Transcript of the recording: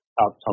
outcome